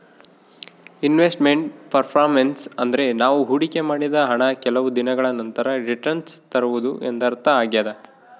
invest made performance ಅಂದ್ರೆ ನಾವು ಹೊಡಿಕೆ ಮಾಡಿದ ಹಣ ಕೆಲವು ದಿನಗಳ ನಂತರ ರಿಟನ್ಸ್ ತರುವುದು ಎಂದರ್ಥ ಆಗ್ಯಾದ